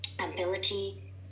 ability